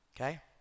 Okay